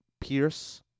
Pierce